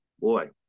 boy